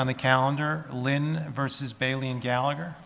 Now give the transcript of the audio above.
on the calendar lynn versus bailey and gallagher